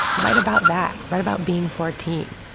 write about that. write about being fourteen.